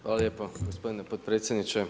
Hvala lijepo gospodine potpredsjedniče.